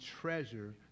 treasure